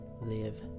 live